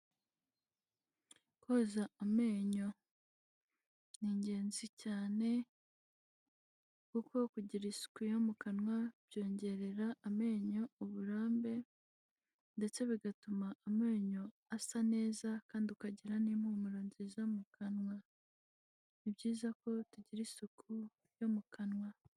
Koza amenyo ni ingenzi cyane, kuko kugira isuku yo mu kanwa byongerera amenyo uburambe ndetse bigatuma amenyo asa neza kandi ukagira n'impumuro nziza mu kanwa. Ni byiza ko tugira isuku yo mu kanwa.